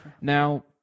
Now